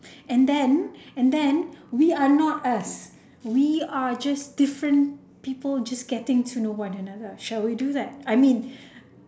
and then and then we are not us we are just different people just getting to know one another shall we do that I mean